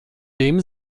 dem